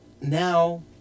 now